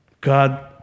God